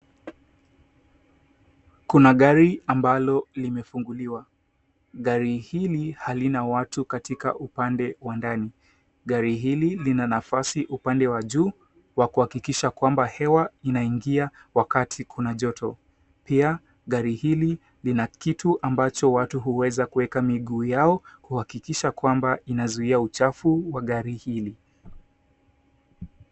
Kuna gari ambalo limefunguliwa gari hili halina watu katika upande wa ndani gari hili lina nafasi upande wa juu wa kuhakikisha hewa inaingia wakati kuna joto, pia gari hili lina kitu ambacho watu wanaeza kuweka miguu yao kuhakikisha kwamba inazuia uchafu wa gari hili.